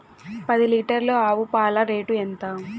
పది లీటర్ల ఆవు పాల రేటు ఎంత?